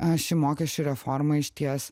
a ši mokesčių reforma išties